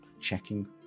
checking